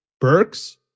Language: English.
Burks